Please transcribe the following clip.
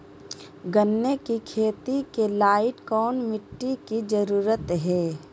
गन्ने की खेती के लाइट कौन मिट्टी की जरूरत है?